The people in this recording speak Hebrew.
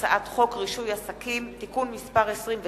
הצעת חוק רישוי עסקים (תיקון מס' 26,